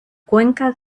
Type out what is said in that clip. cuenca